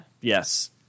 Yes